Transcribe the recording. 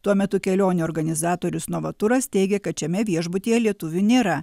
tuo metu kelionių organizatorius novaturas teigia kad šiame viešbutyje lietuvių nėra